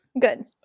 Good